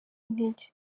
intege